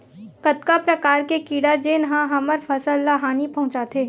कतका प्रकार के कीड़ा जेन ह हमर फसल ल हानि पहुंचाथे?